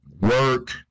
work